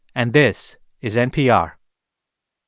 and this is npr